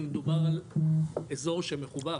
מדובר על אזור שמחובר,